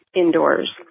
indoors